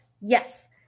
Yes